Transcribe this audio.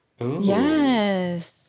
Yes